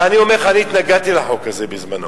ואני אומר לך, אני התנגדתי לחוק הזה בזמנו,